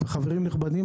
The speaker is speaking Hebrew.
חברים נכבדים,